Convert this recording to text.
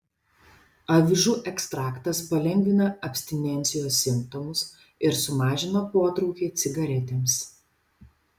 avižų ekstraktas palengvina abstinencijos simptomus ir sumažina potraukį cigaretėms